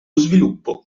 sviluppo